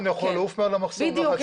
יכול לעוף מעל המחסום --- בדיוק.